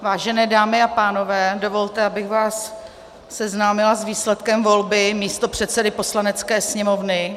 Vážené dámy a pánové, dovolte, abych vás seznámila s výsledkem volby místopředsedy Poslanecké sněmovny.